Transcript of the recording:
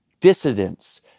dissidents